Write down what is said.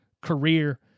career